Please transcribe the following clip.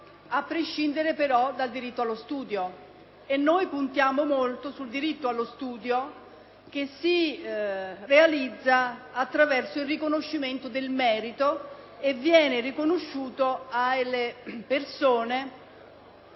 a prescindere pero dal diritto allo studio. Al contrario noi puntiamo molto sul diritto allo studio, che si realizza attraverso il riconoscimento del merito alle persone